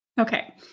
Okay